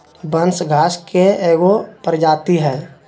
बांस घास के एगो प्रजाती हइ